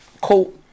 Cool